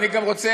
ואני גם רוצה,